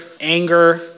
anger